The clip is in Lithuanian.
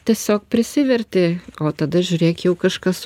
tiesiog prisiverti o tada žiūrėk jau kažkas